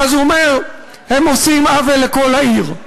ואז הוא אומר: הם עושים עוול לכל העיר.